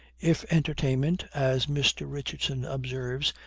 if entertainment, as mr. richardson observes,